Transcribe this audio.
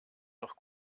noch